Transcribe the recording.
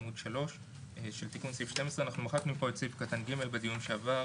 בעמוד 3. אנחנו מחקנו פה את סעיף קטן (ג) בדיון שעבר,